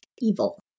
evil